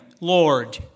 Lord